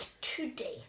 today